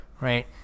Right